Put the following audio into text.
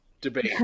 debate